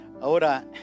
Ahora